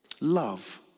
Love